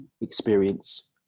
experience